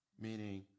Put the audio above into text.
meaning